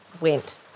went